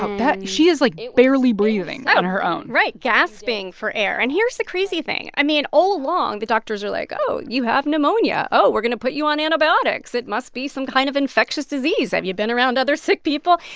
and that she is, like, barely breathing on her own right, gasping for air. and here's the crazy thing. i mean, all along, the doctors are like, oh, you have pneumonia. oh, we're going to put you on antibiotics. it must be some kind of infectious disease. have you been around other sick people?